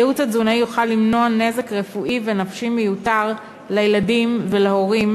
הייעוץ התזונאי יוכל למנוע נזק רפואי ונפשי מיותר לילדים ולהורים,